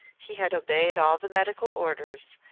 he had obeyed all the medical orders,